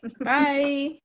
Bye